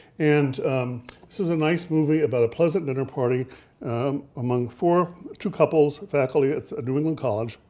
and this is a nice movie about a pleasant dinner party among four, two couples, faculty at a new england college